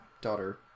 daughter